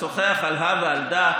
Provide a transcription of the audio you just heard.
לשוחח על הא ועל דא,